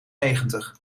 negentig